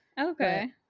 Okay